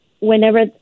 whenever